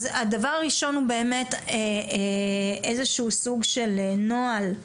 הדבר הראשון הוא באמת איזה שהוא סוג של נוהל,